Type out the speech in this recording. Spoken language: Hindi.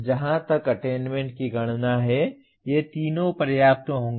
जहाँ तक अटेन्मेन्ट की गणना है ये तीनों पर्याप्त होंगे